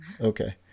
Okay